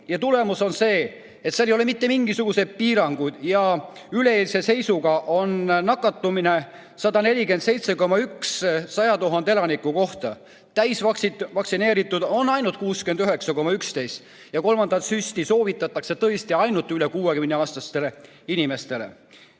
Tulemus on see, et seal ei ole mitte mingisuguseid piiranguid ja üleeilse seisuga oli 147,1 nakatumist 100 000 elaniku kohta. Täisvaktsineeritud on ainult 69,11% ja kolmandat süsti soovitatakse tõesti ainult üle 60‑aastastele inimestele.